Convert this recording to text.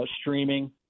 streaming